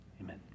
Amen